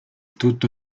tutto